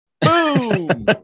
Boom